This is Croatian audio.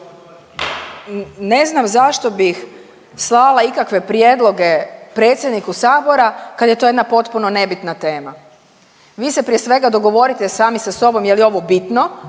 Ne znam zašto bih slala ikakve prijedloge predsjedniku Sabora, kad je to jedna potpuno nebitna tema. Vi se prije svega dogovorite sami sa sobom je li ovo bitno